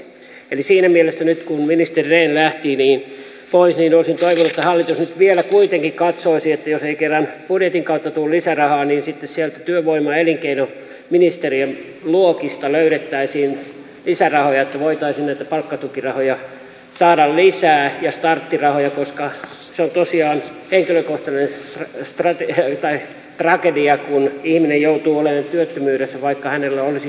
eli siinä mielessä nyt kun ministeri rehn lähti pois olisin toivonut että hallitus nyt vielä kuitenkin katsoisi että jos ei kerran budjetin kautta tule lisärahaa niin sitten sieltä työvoima ja elinkeinoministeriön luokista löydettäisiin lisärahoja että voitaisiin saada lisää näitä palkkatukirahoja ja starttirahoja koska se on tosiaan henkilökohtainen tragedia kun ihminen joutuu olemaan työttömyydessä vaikka hänellä olisi jo työpaikka